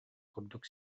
курдук